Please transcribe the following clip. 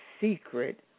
secret